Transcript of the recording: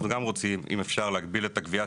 גם אנחנו רוצים אם אפשר להגביל את הגבייה,